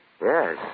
Yes